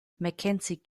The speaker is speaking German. mackenzie